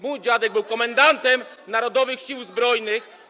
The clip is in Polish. Mój dziadek był komendantem Narodowych Sił Zbrojnych.